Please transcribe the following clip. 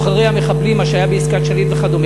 מה שהיה בעסקת שליט וכדומה,